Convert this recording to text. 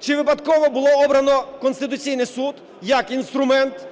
Чи випадково було обрано Конституційний Суд як інструмент